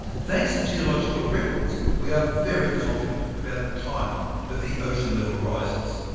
thanks to geological records, we are very confident about the timing of the ocean level rises.